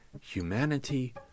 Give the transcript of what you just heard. humanity